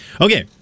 Okay